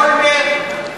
אולמרט,